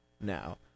now